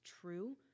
true